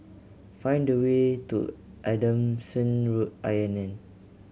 find the way to Adamson Road I N N